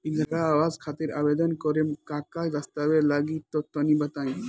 इंद्रा आवास खातिर आवेदन करेम का का दास्तावेज लगा तऽ तनि बता?